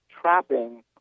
trapping